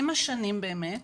עם שנים באמת,